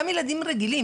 גם ילדים רגילים.